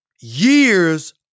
years